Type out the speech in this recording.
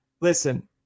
listen